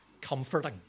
comforting